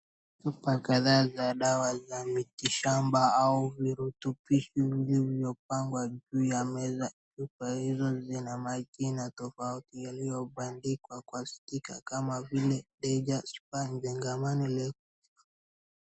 Chupa kadhaa za dawa za mitishamba au virutubisho vilivyopangwa juu ya meza. Chupa hizo zina majina tofauti yaliyobandikwa kwa stika kama vile Deja , span , Nzegambi na Leoki .